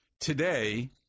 Today